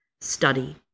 study